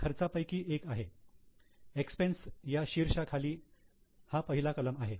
ही खर्चापैकी एक आहे 'एक्सपेंस' या शीर्षकाखाली हा पहिला कलम आहे